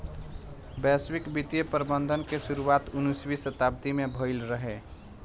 वैश्विक वित्तीय प्रबंधन के शुरुआत उन्नीसवीं शताब्दी में भईल रहे